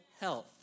health